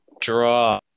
draw